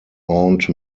aunt